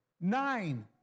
Nine